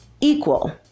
Equal